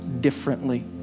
differently